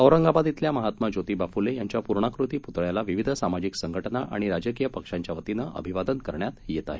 औरंगाबाद इथल्या महात्मा ज्योतिबा फ्ले यांच्या पूर्णाकृती प्तळ्याला विविध सामाजिक संघटना आणि राजकीय पक्षांच्या वतीनं अभिवादन करण्यात येत आहे